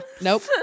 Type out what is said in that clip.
nope